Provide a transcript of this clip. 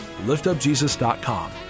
liftupjesus.com